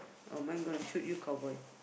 oh mine gonna shoot you cowboy